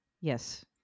Yes